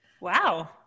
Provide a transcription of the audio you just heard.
Wow